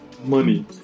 Money